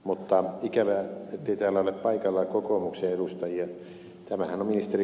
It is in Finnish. mutta ikävää ettei täällä ole paikalla kokoomuksen edustajia